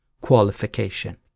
qualification